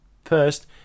First